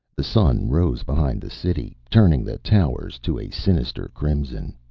the sun rose behind the city, turning the towers to a sinister crimson.